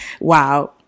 Wow